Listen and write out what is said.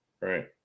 right